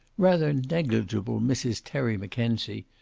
rather negligible mrs. terry mackenzie,